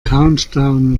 countdown